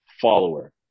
follower